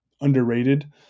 underrated